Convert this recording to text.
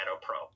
Pro